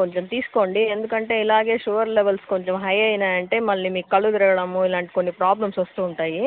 కొంచెం తీసుకోండి ఎందుకంటే ఇలాగే షుగర్ లెవెల్స్ కొంచెం హై అయ్యాయి అంటే మళ్ళీ మీకు కళ్ళు తిరగడము ఇలాంటి కొన్ని ప్రాబ్లెమ్స్ వస్తూ ఉంటాయి